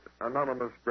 anonymous